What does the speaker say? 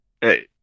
hey